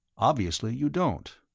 obviously, you don't.